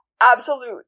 absolute